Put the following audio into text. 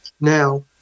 now